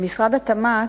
משרד התמ"ת,